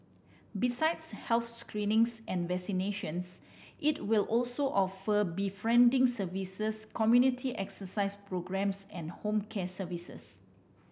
besides health screenings and vaccinations it will also offer befriending services community exercise programmes and home care services